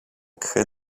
craie